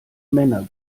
männer